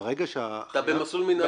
אתה במסלול מינהלי.